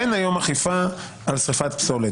אין היום אכיפה על שריפת פסולת.